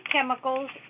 chemicals